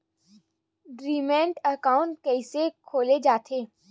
Demat account कइसे खोले जाथे?